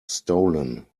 stolen